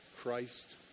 Christ